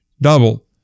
double